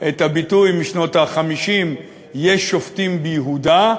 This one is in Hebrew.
את הביטוי משנות ה-50: "יש שופטים ביהודה",